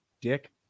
dick